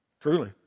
Truly